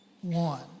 one